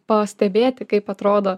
pastebėti kaip atrodo